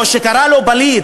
או שקרא לו פליט,